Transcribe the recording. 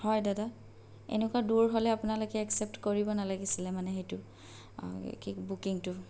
হয় দাদা এনেকুৱা দূৰ হ'লে আপোনালোকে এক্সেপ্ট কৰিব নালাগিছিলে মানে সেইটো কি বুকিংটো